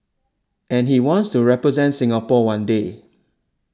and he wants to represent Singapore one day